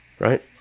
Right